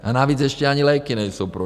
A navíc ještě ani léky nejsou pro ně.